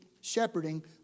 shepherding